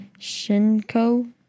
Shinko